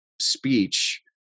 speech